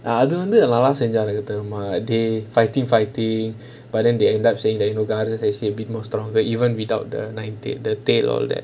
அது வந்து நல்லா செஞ்சாங்க:athu vanthu nallaa senjaanga they fighting fighting but then they ended saying like you know gaara is actually a bit more stronger even without the nine tails the tails all that